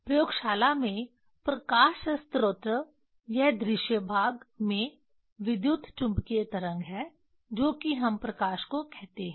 प्रयोगशाला में प्रकाश स्रोत यह दृश्य भाग में विद्युतचुम्बकीय तरंग है जो कि हम प्रकाश को कहते हैं